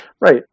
right